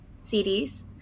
CDs